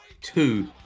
two